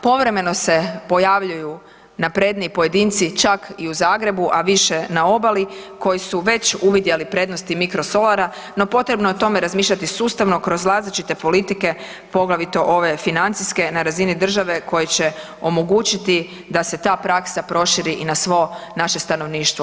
Povremeno se pojavljuju napredniji pojedinci, čak i u Zagrebu, a više na obali koji su već uvidjeli prednosti mikrosolara, no potrebno je o tome razmišljati sustavno kroz različite politike, poglavito ove financijske, na razini države koji će omogućiti da se ta praksa proširi i na svo naše stanovništvo.